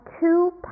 two